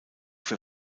für